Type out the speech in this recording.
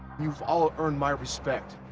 you've all earned my respect,